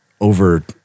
over